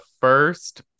first